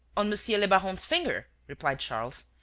on monsieur le baron's finger, replied charles.